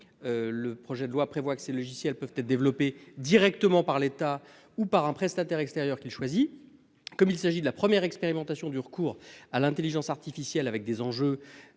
Le projet de loi prévoit que ces logiciels peuvent être développées directement par l'État ou par un prestataire extérieur qui choisit comme il s'agit de la première expérimentation du recours à l'Intelligence artificielle avec des enjeux